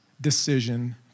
decision